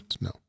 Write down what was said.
No